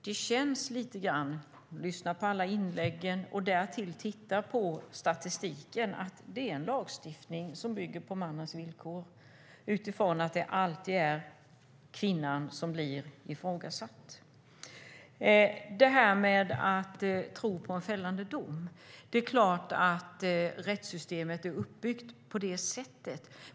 Det känns lite grann - efter att ha lyssnat på inläggen här och därtill tittat på statistiken - att det är en lagstiftning som är på mannens villkor utifrån att det alltid är kvinnan som blir ifrågasatt. Att man ska tro på en fällande dom - ja, rättssystemet är uppbyggt på det sättet, såklart.